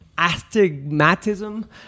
astigmatism